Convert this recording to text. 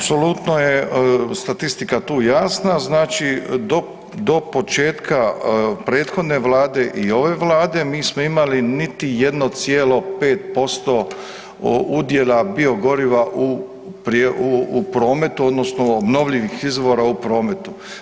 Apsolutno je statistika tu jasna, znači do početka prethodne Vlade i ove Vlade, mi smo imali niti 1,5% udjela biogoriva u prometu odnosno obnovljivih izvora u prometu.